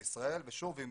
ושוב,